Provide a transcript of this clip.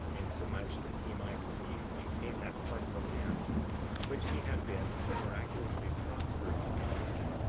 insomuch that he might with ease maintain that part of the land which he had been so miraculously prospered in regaining.